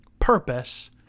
purpose